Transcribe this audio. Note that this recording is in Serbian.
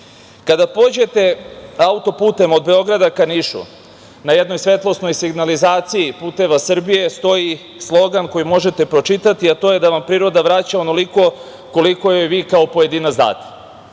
pođete autoputem od Beograda ka Nišu na jednoj svetlosnoj signalizaciji „Puteva Srbije“ stoji slogan koji možete pročitati, a to je da vam priroda vraća onoliko koliko joj vi kao pojedinac date.